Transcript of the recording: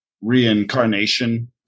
reincarnation